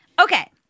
okay